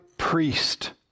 priest